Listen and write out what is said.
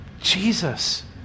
Jesus